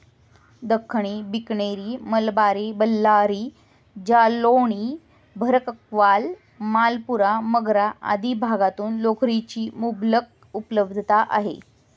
दख्खनी, बिकनेरी, मलबारी, बल्लारी, जालौनी, भरकवाल, मालपुरा, मगरा आदी भागातून लोकरीची मुबलक उपलब्धता आहे